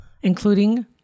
including